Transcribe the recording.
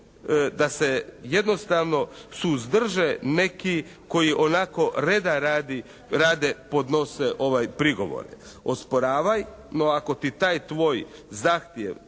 da se jednostavno suzdrže neki koji onako reda radi rade, podnose ove prigovore. Osporavaj, ali ako ti taj tvoj zahtjev